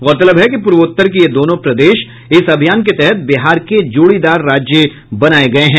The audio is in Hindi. गौरतलब है कि पूर्वोत्तर के ये दोनों प्रदेश इस अभियान के तहत बिहार के जोड़ीदार राज्य बनाये गये हैं